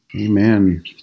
Amen